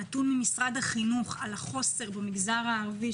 הנתון ממשרד החינוך על החוסר של מחשבים במגזר הערבי